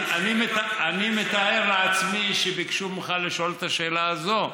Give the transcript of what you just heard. אני מתאר לעצמי שביקשו ממך לשאול את השאלה הזאת.